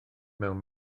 mewn